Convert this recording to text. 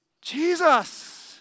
Jesus